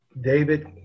David